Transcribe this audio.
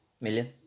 million